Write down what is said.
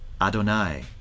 Adonai